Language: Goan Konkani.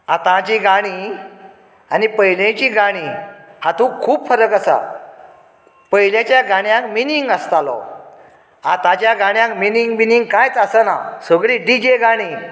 आतांची गाणी आनी पयलेंचीं गाणीं हातूंत खूब फरक आसा पयलेच्या गाण्यांन मिनींग आसतालो आताच्या गाण्यान मिनींग बिनींग कांयच आसना सगळीं डी जे गाणीं